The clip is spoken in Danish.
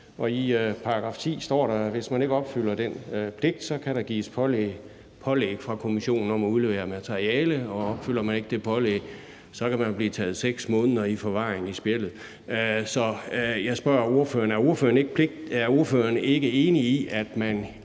Og i § 10 står der, at hvis man ikke opfylder den pligt, kan der gives pålæg fra kommissionen om at udlevere materiale, og opfylder man ikke det pålæg, kan man blive taget 6 måneder i forvaring i spjældet. Så jeg spørger ordføreren: Er ordføreren ikke enig i, at man